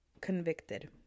convicted